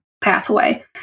pathway